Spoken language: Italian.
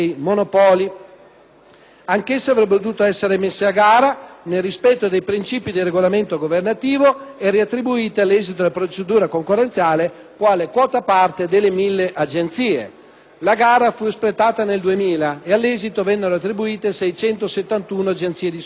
Anch'esse avrebbero dovuto essere messe a gara nel rispetto dei principi del regolamento governativo e riattribuite, all'esito della procedura concorrenziale, quale quota parte delle 1.000 agenzie. La gara fu espletata nel 2000 e, all'esito, vennero attribuite 671 agenzie di scommesse ippiche;